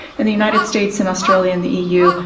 and the united states, in australia and the eu,